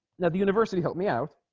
now the university helped me out